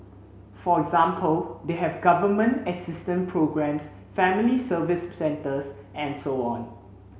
for example they have Government assistant programmes family service centres and so on